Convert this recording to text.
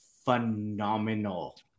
Phenomenal